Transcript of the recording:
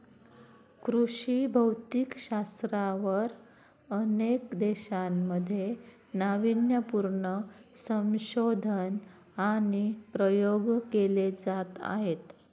कृषी भौतिकशास्त्रावर अनेक देशांमध्ये नावीन्यपूर्ण संशोधन आणि प्रयोग केले जात आहेत